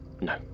No